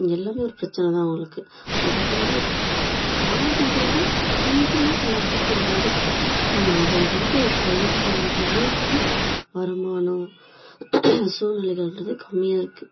எல்லாமே ஒரு பிரச்சனைதான் அவங்களுக்கு அதுக்கு வந்து காடுன்றது கொஞ்சமாக அது எல்லாருடையும் கொஞ்சம் இருக்குது ஆனால் அதை வந்து பயிர் பண்ணுற அளவுக்கு வருமானம் சூழ்நிலைகள்ன்றது கம்மியாக இருக்குது